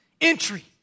entry